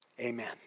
amen